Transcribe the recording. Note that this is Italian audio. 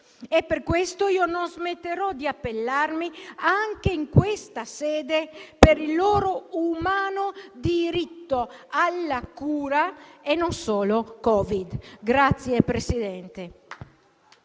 Per questo, io non smetterò di appellarmi, anche in questa sede, per il loro umano diritto alla cura e non solo per il Covid-19.